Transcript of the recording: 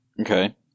Okay